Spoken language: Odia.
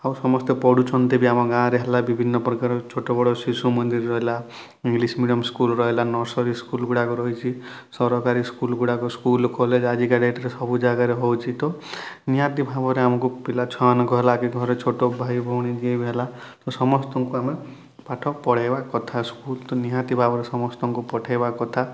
ଆଉ ସମସ୍ତେ ପଢ଼ୁଛନ୍ତି ବି ଆମ ଗାଁରେ ହେଲା ବିଭିନ୍ନପ୍ରକାର ଛୋଟ ବଡ଼ ଶିଶୁ ମନ୍ଦିର ରହିଲା ଇଂଲିଶ୍ ମିଡ଼ିଅମ୍ ସ୍କୁଲ୍ ରହିଲା ନର୍ସରି ସ୍କୁଲ୍ଗୁଡ଼ାକ ରହିଛି ସରକାରୀ ସ୍କୁଲ୍ଗୁଡ଼ାକ ସ୍କୁଲ୍ କଲେଜ୍ ଆଜିକା ଡେଟ୍ରେ ସବୁ ଜାଗାରେ ହେଉଛି ତୋ ନିହାତି ଭାବରେ ଆମକୁ ପିଲା ଛୁଆମାନଙ୍କୁ ହେଲା କି ଘରେ ଛୋଟ ଭାଇ ଭଉଣୀ ଯିଏ ବି ହେଲା ତ ସମସ୍ତଙ୍କୁ ଆମେ ପାଠ ପଢ଼େଇବା କଥା ସ୍କୁଲ୍ ତ ନିହାତି ଭାବରେ ସମସ୍ତଙ୍କୁ ପଠେଇବା କଥା